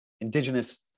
indigenous